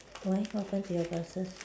why what happen to your glasses